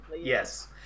yes